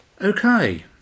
Okay